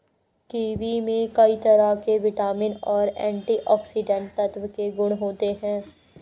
kiwi में कई तरह के विटामिन और एंटीऑक्सीडेंट तत्व के गुण होते है